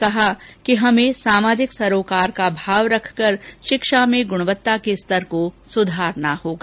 उन्होंने कहा कि हमें सामाजिक सरोकार का भाव रखकर शिक्षा में गुणवत्ता के स्तर को सुधारना होगा